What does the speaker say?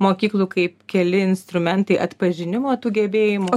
mokyklų kaip keli instrumentai atpažinimo tų gebėjimų